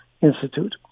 institute